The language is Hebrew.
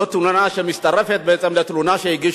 זאת תלונה שמצטרפת בעצם לתלונה שהגיש